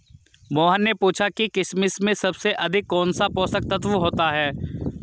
मोहन ने पूछा कि किशमिश में सबसे अधिक कौन सा पोषक तत्व होता है?